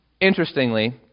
Interestingly